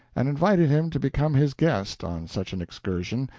and invited him to become his guest on such an excursion,